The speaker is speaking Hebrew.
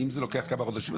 אם זה לוקח כמה חודשים,